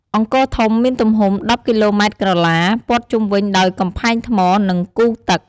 អង្គរធំមានទំហំ ១០ គីឡូម៉ែត្រក្រឡា ព័ទ្ធជុំវិញដោយកំពែងថ្ម និងគូទឹក។